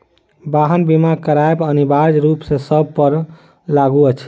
वाहन बीमा करायब अनिवार्य रूप सॅ सभ पर लागू अछि